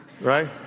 right